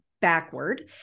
backward